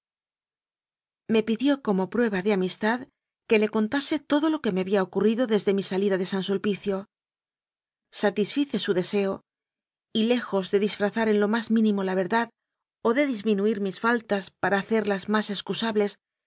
me pidió como prueba de amistad que le con tase todo lo que me había ocurrido desde mi salida de san sulpicio satisfice su deseo y lejos de dis frazar ep lo más mínimo la verdad o de disminuir mis faltas para hacerlas más